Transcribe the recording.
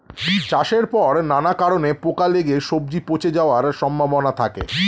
চাষের পর নানা কারণে পোকা লেগে সবজি পচে যাওয়ার সম্ভাবনা থাকে